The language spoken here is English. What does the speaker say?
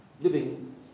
living